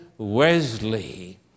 Wesley